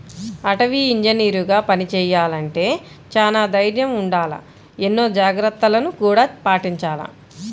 అటవీ ఇంజనీరుగా పని చెయ్యాలంటే చానా దైర్నం ఉండాల, ఎన్నో జాగర్తలను గూడా పాటించాల